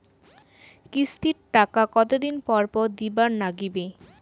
কিস্তির টাকা কতোদিন পর পর দিবার নাগিবে?